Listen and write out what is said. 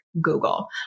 Google